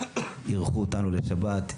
אירחו אותנו לשבת,